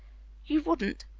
you wouldn't?